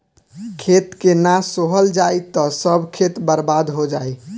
खेत के ना सोहल जाई त सब खेत बर्बादे हो जाई